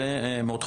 זה מאוד חשוב.